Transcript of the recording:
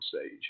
stage